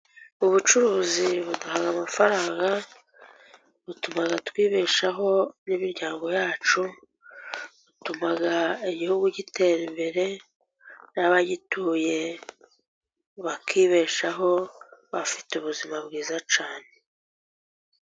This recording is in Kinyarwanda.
Ubucuruzi buduha amafaranga butuma twibeshaho n'imiryango yacu, butuma igihugu gitera imbere n'abagituye, bakibeshaho bafite ubuzima bwiza cyane.